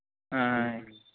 ఆయ్